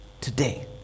today